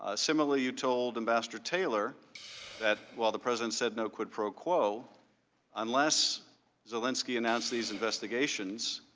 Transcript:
ah similarly you told in bassett or taylor that while the president said no quid pro quo unless zelensky announced these investigations,